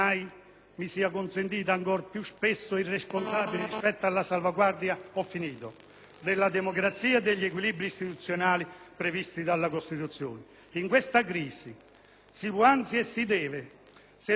della democrazia e degli equilibri istituzionali previsti dalla Costituzione. In questo senso la crisi può, anzi deve, servirci come opportunità per operare il ripensamento di un sistema che, a mio